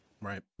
Right